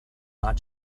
not